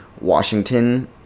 Washington